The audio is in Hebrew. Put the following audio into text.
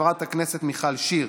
חברת הכנסת מיכל שיר,